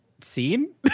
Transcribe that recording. Scene